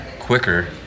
quicker